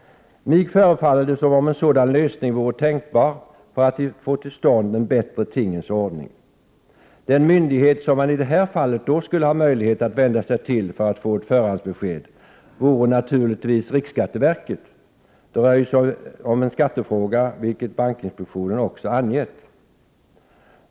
Mig förefaller det som om en sådan lösning vore tänkbar för att få till stånd en bättre tingens ordning. Den myndighet som man i det här fallet då skulle ha möjlighet att vända sig till för att få ett förhandsbesked vore naturligtvis riksskatteverket. Det rör sig om en skattefråga, vilket bankinspektionen också angett.